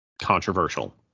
controversial